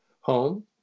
home